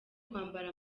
kwambara